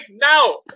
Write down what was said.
now